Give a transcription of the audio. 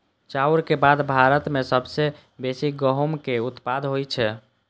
चाउरक बाद भारत मे सबसं बेसी गहूमक उत्पादन होइ छै